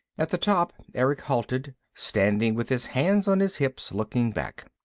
at the top erick halted, standing with his hands on his hips, looking back.